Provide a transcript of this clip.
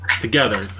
together